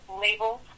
labels